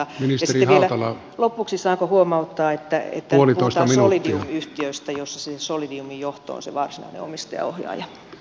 ja sitten vielä lopuksi saanko huomauttaa että puhutaan solidium yhtiöistä joissa siis se solidiumin johto on se varsinainen omistajaohjaaja